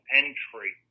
entry